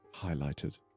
highlighted